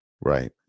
Right